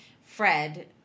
Fred